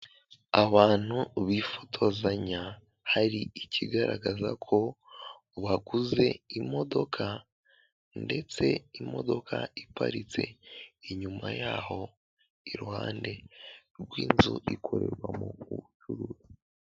Abantu bifotozanya, hari ikigaragaza ko baguze imodoka ndetse imodoka iparitse inyuma yaho, iruhande rw'inzu ikorerwamo ubucuruzi.